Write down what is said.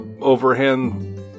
overhand